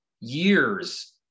years